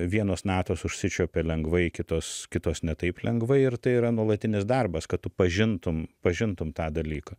vienos natos užsičiuopia lengvai kitos kitos ne taip lengvai ir tai yra nuolatinis darbas kad tu pažintum pažintum tą dalyką